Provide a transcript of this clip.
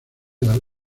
del